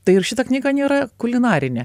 tai ir šita knyga nėra kulinarinė